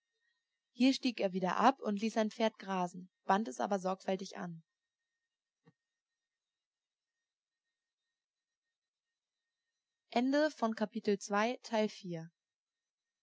hier stieg er wieder ab und ließ sein pferd grasen band es aber sorgfältig an